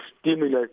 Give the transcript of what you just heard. stimulus